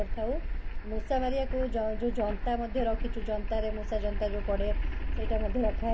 steel ବାସନର ଥାଳି glass ତାଟିଆ ଏଗୁଡ଼ିକ ସବୁ ଆମେ ଖାଇବା ପାଇଁ ବ୍ୟବହାର କରିଥାଉ